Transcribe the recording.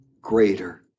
greater